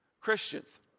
christians